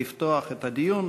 לפתוח את הדיון.